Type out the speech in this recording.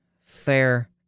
fair